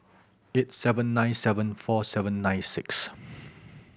eight seven nine seven four seven nine six